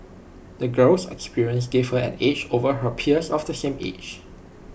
the girl's experiences gave her an edge over her peers of the same age